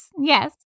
Yes